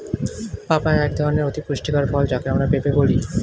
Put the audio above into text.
papaya এক ধরনের অতি পুষ্টিকর ফল যাকে আমরা পেঁপে বলি